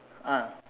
ah